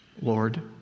Lord